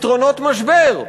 פתרונות משבר.